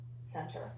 center